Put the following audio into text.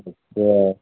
अच्छा